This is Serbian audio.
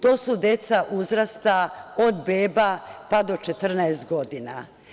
To su deca uzrasta od beba do 14 godina.